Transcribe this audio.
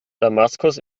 damaskus